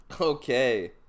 Okay